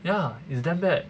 ya it's damn bad